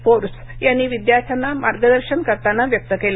Forbes यांनी विद्यार्थ्यांना मार्गदर्शन करताना व्यक्त केलं